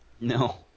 No